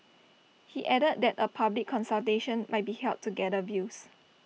he added that A public consultation might be held to gather views